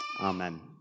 Amen